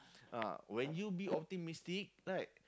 ah when you be optimistic right